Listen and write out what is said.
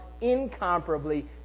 incomparably